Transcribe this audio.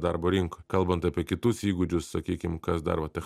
darbo rinko kalbant apie kitus įgūdžius sakykim kas dar va tech